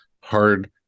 hard